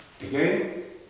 again